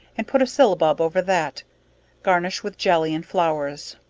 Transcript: and put a syllabub over that garnish with jelley and flowers.